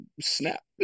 snap